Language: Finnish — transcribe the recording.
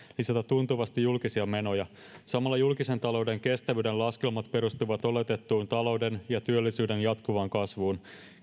lisätä tuntuvasti julkisia menoja samalla julkisen talouden kestävyyden laskelmat perustuvat oletettuun talouden ja työllisyyden jatkuvaan kasvuun